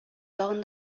тагын